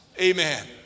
Amen